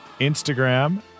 instagram